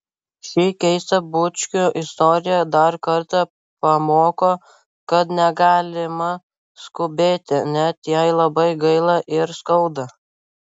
ši keista bučkių istorija dar kartą pamoko kad negalima skubėti net jei labai gaila ir skauda